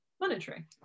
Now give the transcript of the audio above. monetary